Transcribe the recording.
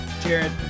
jared